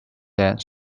that